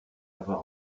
avoir